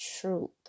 truth